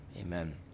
amen